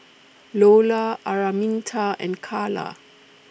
Lola Araminta and Karla